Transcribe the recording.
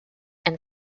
and